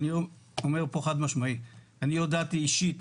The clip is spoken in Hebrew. אני אומר פה חד-משמעית, אני הודעתי אישית